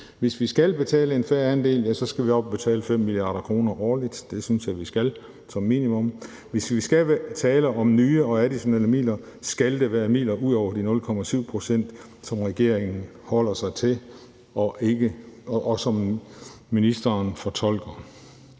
Hvis vi skal betale en fair andel, skal vi op og betale 5 mia. kr. årligt. Det synes jeg at vi skal, som minimum. Hvis vi skal tale om nye, additionelle midler, skal det være midler ud over de 0,7 pct., som regeringen holder sig til, og som ministeren fortolker